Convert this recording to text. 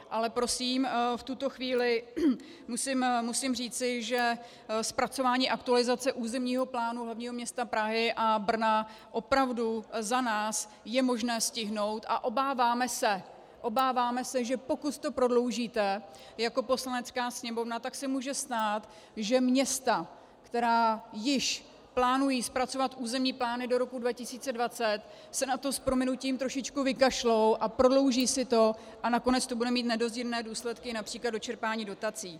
Ale prosím, v tuto chvíli musím říci, že zpracování aktualizace územního plánu hlavního města Prahy a Brna opravdu za nás je možné stihnout, a obáváme se, obáváme se, že pokud to prodloužíte jako Poslanecká sněmovna, tak se může stát, že města, která již plánují zpracovat územní plány do roku 2020, se na to s prominutím trošičku vykašlou a prodlouží si to a nakonec to bude mít nedozírné důsledky např. do čerpání dotací.